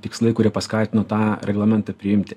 tikslai kurie paskatino tą reglamentą priimti